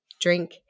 drink